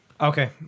Okay